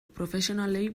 profesionalei